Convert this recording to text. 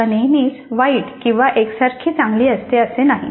भाषा नेहमीच वाईट किंवा एकसारखी चांगली असते असे नाही